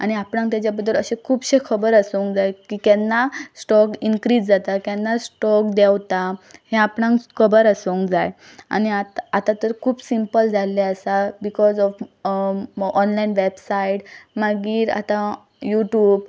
आनी आपणाक तेजे बद्दल अशें खुबशें खबर आसोंक जाय की केन्ना स्टॉक इन्क्रीझ जाता केन्ना स्टॉक देंवता हें आपणाक खबर आसोंक जाय आनी आत आतां तर खूब सिंपल जाल्लें आसा बिकॉज ऑफ ऑनलायन वॅबसायट मागीर आतां यूट्यूब